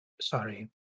sorry